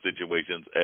situations